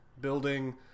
building